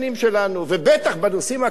בטח בנושאים הכלכליים,